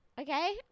Okay